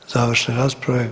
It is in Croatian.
Završne rasprave.